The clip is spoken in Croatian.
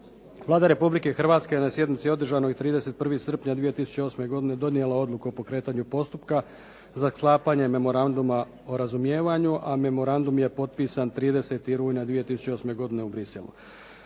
Vlada Republike Hrvatske na sjednici održanoj 31. srpnja 2008. godine donijelo odluku o pokretanju postupka za sklapanje memoranduma o razumijevanju, a memorandum je potpisan 30. rujna 2008. godine u Bruxellesu.